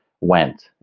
went